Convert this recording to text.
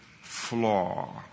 flaw